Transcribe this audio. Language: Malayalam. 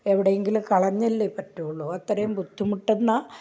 എവിടെയെങ്കിലും കളഞ്ഞല്ലെ പറ്റുകയുള്ളു അത്രയും ബുദ്ധിമുട്ടുന്ന